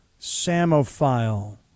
Samophile